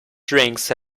drinks